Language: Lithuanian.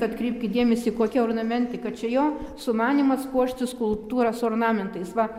atkreipkit dėmesį kokia ornamentika čia jo sumanymas puošti skulptūras ornamentais va